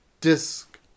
disc